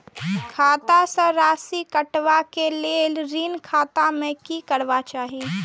खाता स राशि कटवा कै लेल ऋण खाता में की करवा चाही?